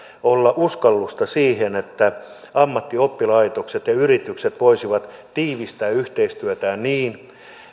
olla uskallusta siihen että ammattioppilaitokset ja yritykset voisivat tiivistää yhteistyötään niin